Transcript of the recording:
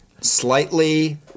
slightly